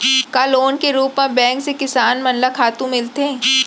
का लोन के रूप मा बैंक से किसान मन ला खातू मिलथे?